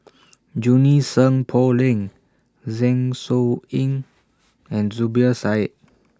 Junie Sng Poh Leng Zeng Shouyin and Zubir Said